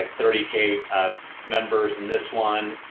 thirty k ah members and this one,